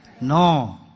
No